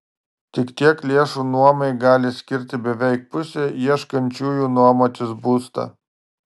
tik tiek lėšų nuomai gali skirti beveik pusė ieškančiųjų nuomotis būstą